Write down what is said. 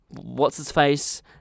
What's-His-Face